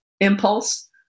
impulse